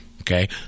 okay